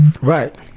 Right